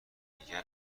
دیگر